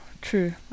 true